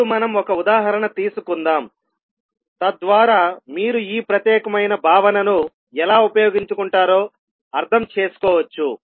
ఇప్పుడు మనం ఒక ఉదాహరణ తీసుకుందాం తద్వారా మీరు ఈ ప్రత్యేకమైన భావనను ఎలా ఉపయోగించుకుంటారో అర్థం చేసుకోవచ్చు